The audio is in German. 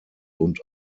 und